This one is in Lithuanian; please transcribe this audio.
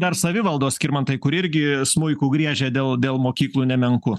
dar savivaldos skirmantai kuri irgi smuiku griežia dėl dėl mokyklų nemenku